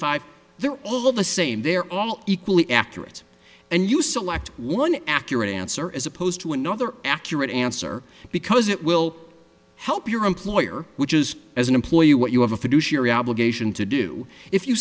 five they're all of the same they're all equally accurate and you select one accurate answer as opposed to another accurate answer because it will help your employer which is as an employer what you have a fiduciary obligation to do if you